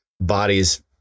bodies